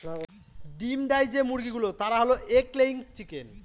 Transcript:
ডিম দেয় যে মুরগি গুলো তারা হল এগ লেয়িং চিকেন